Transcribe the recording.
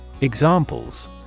Examples